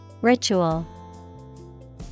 Ritual